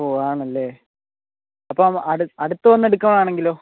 ഓ ആണല്ലേ അപ്പം അടുത്ത് വന്ന് എടുക്കുകയാണെങ്കിലോ